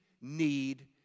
need